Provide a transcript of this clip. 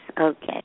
Okay